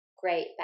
great